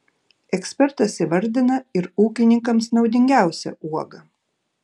ekspertas įvardina ir ūkininkams naudingiausią uogą